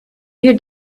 your